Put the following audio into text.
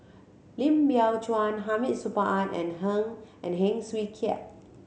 Lim Biow Chuan Hamid Supaat and Heng and Hing Swee Keat